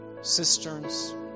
cisterns